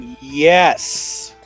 Yes